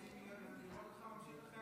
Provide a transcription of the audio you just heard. ובהמשך ישיר לכ"ט